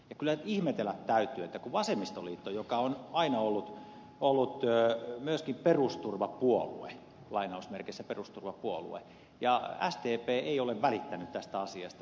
ja kyllä ihmetellä täytyy että vasemmistoliitto joka on aina ollut myöskin lainausmerkeissä perusturvapuolue ja sdp eivät ole välittäneet tästä asiasta